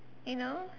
you know